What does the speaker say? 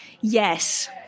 Yes